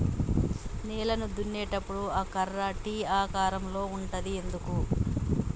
నేలను దున్నేటప్పుడు ఆ కర్ర టీ ఆకారం లో ఉంటది ఎందుకు?